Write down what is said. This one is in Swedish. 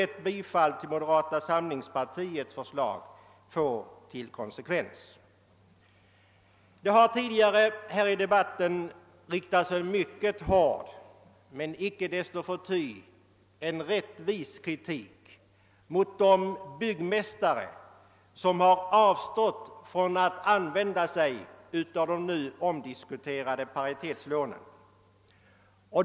Ett bifall till moderata samlingspartiets förslag får en sådan konsekvens. Tidigare i debatten har det riktats en mycket hård men icke desto mindre rättvis kritik mot de byggmästare som avstått från att använda sig av de nu diskuterade paritetslånen.